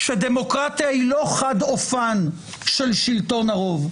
שדמוקרטיה היא לא חד-אופן של שלטון הרוב,